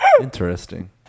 Interesting